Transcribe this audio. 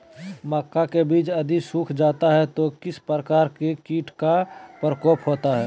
मक्का के बिज यदि सुख जाता है तो किस प्रकार के कीट का प्रकोप होता है?